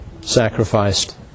sacrificed